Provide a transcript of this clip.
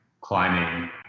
climbing